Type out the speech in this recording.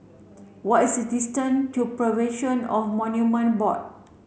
what is the distance to Preservation on Monument Board